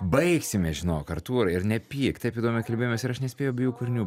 baigsime žinok artūrai ir nepyk taip įdomiai kalbėjomės ir aš nespėjau abiejų kūrinių